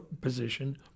position